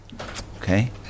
Okay